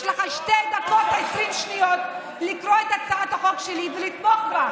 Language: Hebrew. יש לך שתי דקות ו-20 שניות לקרוא את הצעת החוק שלי ולתמוך בה.